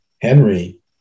Henry